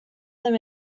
them